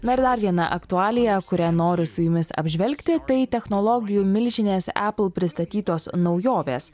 na ir dar viena aktualija kurią noriu su jumis apžvelgti tai technologijų milžinės apple pristatytos naujovės